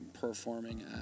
performing